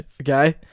Okay